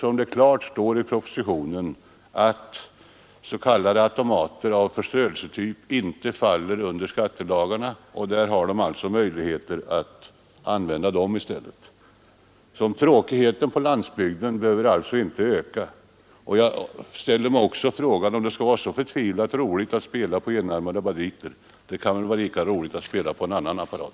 Det står klart utsagt i propositionen att s.k. automater av förströelsetyp inte faller under skattelagarna. Tråkigheten på landsbygden behöver alltså inte öka. Jag ställer mig också frågan om det skall vara så förtvivlat roligt att spela på enarmade banditer. Det kan väl vara diskutabelt.